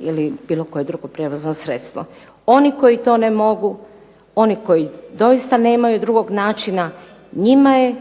ili bilo koje drugo prijevozno sredstvo. Oni koji to ne mogu, oni koji doista nemaju drugog načina njima je